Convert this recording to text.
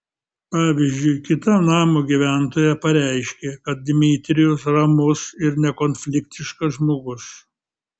pavyzdžiui kita namo gyventoja pareiškė kad dmitrijus ramus ir nekonfliktiškas žmogus